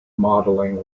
modelling